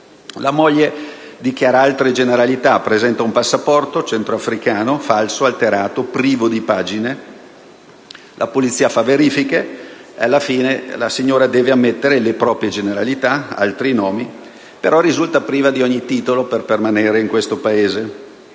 La moglie dichiara altre generalità: presenta un passaporto centrafricano, falso, alterato privo di pagine. La Polizia compie delle verifiche e, alla fine, la signora deve ammettere le proprie generalità, altri nomi, però risulta priva di ogni titolo per permanere in questo Paese: